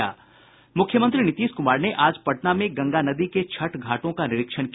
मुख्यमंत्री नीतीश कुमार ने आज पटना में गंगा नदी के छठ घाटों का निरीक्षण किया